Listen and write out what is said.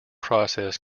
process